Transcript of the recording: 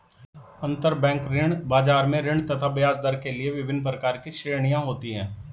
अंतरबैंक ऋण बाजार में ऋण तथा ब्याजदर के लिए विभिन्न प्रकार की श्रेणियां होती है